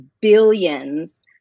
billions